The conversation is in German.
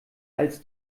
als